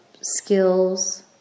skills